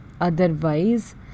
Otherwise